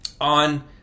on